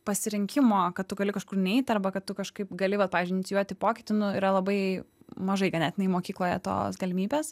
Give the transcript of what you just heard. pasirinkimo kad tu gali kažkur neit arba kad tu kažkaip gali va pavyzdžiui inicijuoti pokytį nu yra labai mažai ganėtinai mokykloje tos galimybės